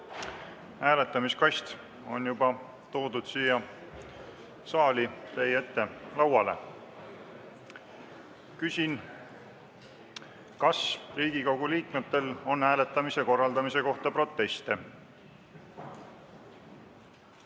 Hääletamiskast on juba toodud siia saali teie ette lauale. Küsin, kas Riigikogu liikmetel on hääletamise korraldamise kohta proteste.